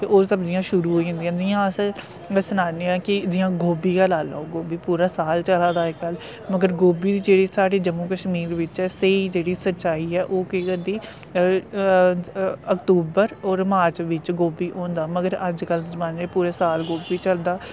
ते ओह् सब्जियां शुरू होई जंदियां न जियां अस में सनानियां कि जियां गोबी गै लाई लैओ गोबी पूरा साल चला दा अजकल्ल मगर गोबी दी जेह्ड़ी साढ़ी जम्मू कश्मीर बिच्च स्हेई जेह्ड़ी सचाई ऐ ओह् केह् करदी अक्तूबर और मार्च बिच्च गोबी होंदे मगर अजकल्ल दे जमाने च पूरे साल गोबी चलदा